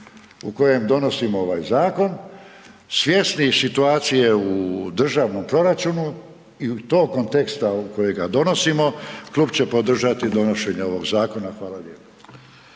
u kojem donosimo ovaj zakon, svjesni situacije u državnom proračunu i tog konteksta kojega donosimo, klub će podržati donošenje ovog zakona. Hvala lijepo.